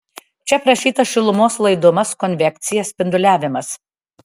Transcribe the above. čia aprašytas šilumos laidumas konvekcija spinduliavimas